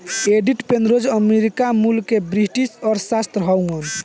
Edith Penrose America मूल के British अर्थशास्त्री हउवन